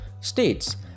States